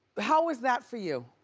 how was that for you?